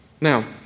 Now